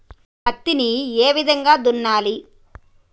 పత్తిని ఏ విధంగా దున్నాలి?